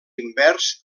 invers